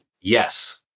Yes